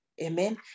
Amen